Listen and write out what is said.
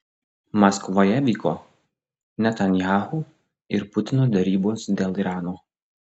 maskvoje vyko netanyahu ir putino derybos dėl irano